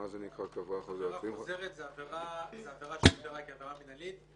עבירה חוזרת זו עבירה שהוגדרה כעבירה מינהלית.